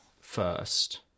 first